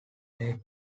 lake